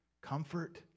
comfort